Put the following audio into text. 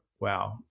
wow